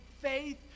faith